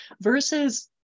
versus